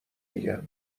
میگم